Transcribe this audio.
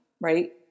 right